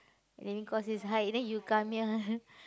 living cost is high then you come here